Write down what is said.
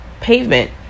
pavement